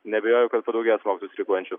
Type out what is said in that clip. neabejoju kad padaugės mokytojų streikuojančių